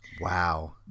wow